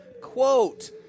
Quote